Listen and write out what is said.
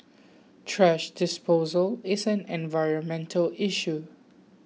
thrash disposal is an environmental issue